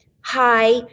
hi